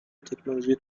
تکنولوژی